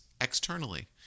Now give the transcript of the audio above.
externally